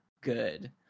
good